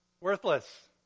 Worthless